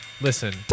listen